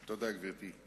תודה, גברתי.